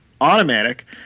automatic